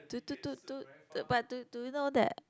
do do do do the but do do you know that